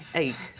eight,